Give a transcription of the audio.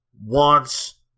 wants